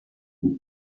there